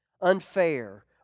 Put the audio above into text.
unfair